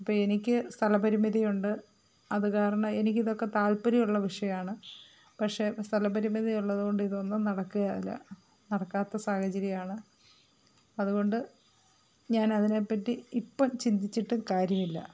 അപ്പോള് എനിക്ക് സ്ഥലപരിമിതിയുണ്ട് അത് കാരണം എനിക്ക് ഇതൊക്കെ താൽപര്യമുള്ള വിഷയമാണ് പക്ഷെ സ്ഥലപരിമിതിയുള്ളതുകൊണ്ട് ഇതൊന്നും നടക്കുകേല നടക്കാത്ത സാഹചര്യമാണ് അതുകൊണ്ട് ഞാൻ അതിനെപ്പറ്റി ഇപ്പോള് ചിന്തിച്ചിട്ടും കാര്യമില്ല